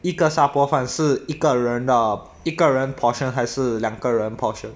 一个沙煲饭是一个人的一个人 portion 还是两个人 portion